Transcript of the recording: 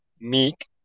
meek